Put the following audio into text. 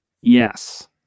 yes